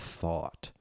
thought